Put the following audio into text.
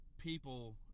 people